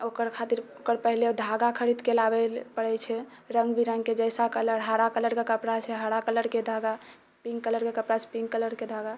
ओकर खातिर ओकर पहिने धागा धागा खरीदके लाबै पड़ै छै रङ्ग बिरङ्ग के जैसा कलर हराके कपड़ा छै हरा कलरके धागा पिङ्क कलरके कपड़ा छै तऽ पिङ्क कलरके धागा